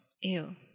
Ew